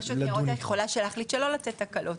רשות ניירות ערך יכולה להחליט שלא לתת הקלות,